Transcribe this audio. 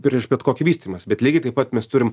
prieš bet kokį vystymąsi bet lygiai taip pat mes turim